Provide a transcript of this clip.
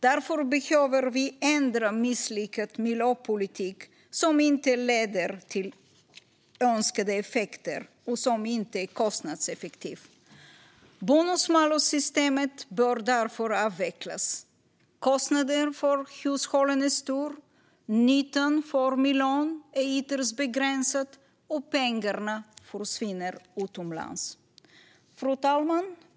Därför behöver vi ändra misslyckad miljöpolitik som inte leder till önskade effekter och som inte är kostnadseffektiv. Bonus-malus-systemet bör därför avvecklas. Kostnaden för hushållen är stor, nyttan för miljön är ytterst begränsad och pengarna försvinner utomlands. Fru talman!